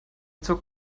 zog